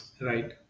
right